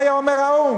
מה היה אומר האו"ם?